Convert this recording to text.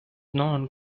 known